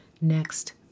next